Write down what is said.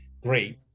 great